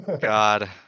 God